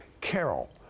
Carol